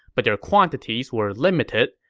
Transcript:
but their quantities were limited,